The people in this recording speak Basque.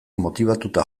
motibatuta